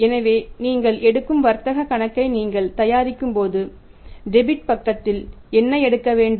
எனவே நீங்கள் எடுக்கும் வர்த்தக கணக்கை நீங்கள் தயாரிக்கும்போது டெபிட் பக்கத்தில் என்ன எடுக்க வேண்டும்